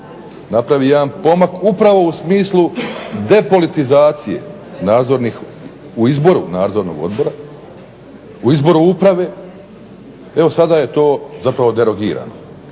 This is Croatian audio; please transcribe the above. napravi jedan pomak upravo u smislu depolitizacije u izboru nadzornih odbora, u izboru uprave, sada je to zapravo derogirano.